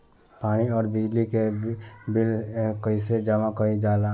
पानी और बिजली के बिल कइसे जमा कइल जाला?